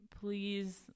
please